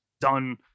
done